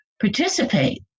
participate